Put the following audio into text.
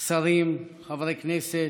שרים, חברי הכנסת,